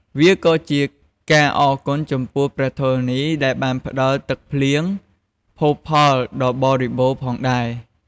វាក៏ជាការអរគុណចំពោះព្រះធរណី ដែលបានផ្ដល់ទឹកភ្លៀង ភោគផលដ៏បរិបូរណ៍ផងដែរ។